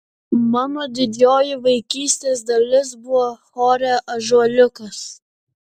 mano didžioji vaikystės dalis buvo chore ąžuoliukas